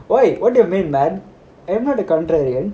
wait what do you mean man